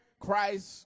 Christ